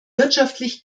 wirtschaftlich